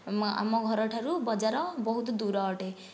ଆମ ଆମ ଘର ଠାରୁ ବଜାର ବହୁତ ଦୂର ଅଟେ